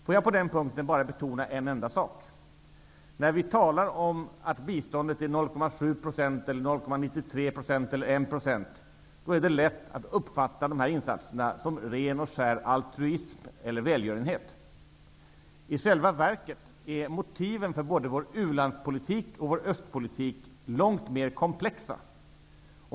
Får jag på den punkten bara betona en enda sak: När vi talar om att biståndet är 0,7 %, 0,93 % eller 1,0 %, är det lätt att uppfatta biståndsinsatserna som en ren och skär altruism och välgörenhet. I själva verket är motiven för både vår u-landspolitik och vår östpolitik långt mera komplexa.